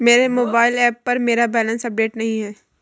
मेरे mobile app पर मेरा बैलेंस अपडेट नहीं है